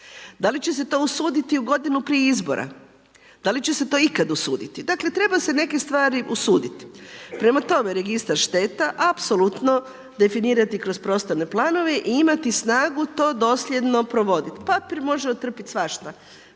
Da li će se to usuditi u godini prije izbora? Da li će se to ikad usuditi? Dakle, treba se neke usuditi. Prema tome, registar šteta apsolutno definirati kroz prostorne planove i imati snagu to dosljedno provoditi. Papir može otrpjeti svašta.